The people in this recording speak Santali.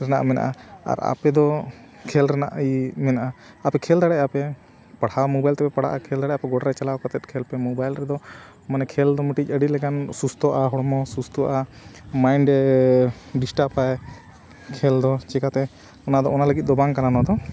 ᱨᱮᱱᱟᱜ ᱢᱮᱱᱟᱜᱼᱟ ᱟᱨ ᱟᱯᱮ ᱫᱚ ᱠᱷᱮᱞ ᱨᱮᱱᱟᱜ ᱤᱭᱟᱹ ᱢᱮᱱᱟᱜᱼᱟ ᱟᱯᱮ ᱠᱷᱮᱞ ᱫᱟᱲᱮᱭᱟᱜ ᱟᱯᱮ ᱯᱟᱲᱦᱟᱣ ᱢᱳᱵᱟᱭᱤᱞ ᱛᱮᱯᱮ ᱯᱟᱲᱦᱟᱜᱼᱟ ᱠᱷᱮᱞ ᱫᱟᱲᱮᱭᱟᱜ ᱟᱯᱮ ᱜᱚᱰᱟ ᱨᱮ ᱪᱟᱞᱟᱣ ᱠᱟᱛᱮᱫ ᱠᱷᱮᱞ ᱯᱮ ᱢᱳᱵᱟᱭᱤᱞ ᱨᱮᱫᱚ ᱢᱟᱱᱮ ᱠᱷᱮᱞ ᱫᱚ ᱢᱤᱫᱴᱤᱡ ᱟᱹᱰᱤ ᱞᱮᱠᱟᱱ ᱥᱩᱥᱛᱷᱚᱜᱼᱟ ᱦᱚᱲᱢᱚ ᱥᱩᱥᱛᱷᱚᱜᱼᱟ ᱢᱟᱭᱤᱱᱰ ᱮ ᱰᱤᱥᱴᱟᱵ ᱟᱭ ᱠᱷᱮᱞ ᱫᱚ ᱪᱤᱠᱟᱹᱛᱮ ᱚᱱᱟ ᱫᱚ ᱚᱱᱟ ᱞᱟᱹᱜᱤᱫ ᱫᱚ ᱵᱟᱝ ᱠᱟᱱᱟ ᱱᱚᱣᱟ ᱫᱚ